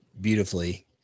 beautifully